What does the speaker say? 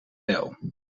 bijl